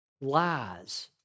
lies